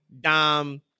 Dom